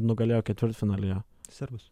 nugalėjo ketvirtfinalyje serbus